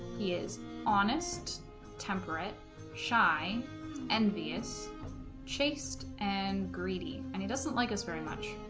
he is honest temperate shy envious chaste and greedy and he doesn't like us very much